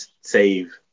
save